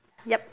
yup